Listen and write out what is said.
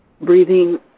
breathing